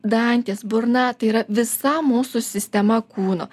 dantys burna tai yra visa mūsų sistema kūno